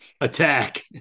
attack